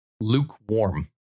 lukewarm